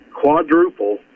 quadruple